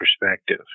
perspective